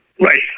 Right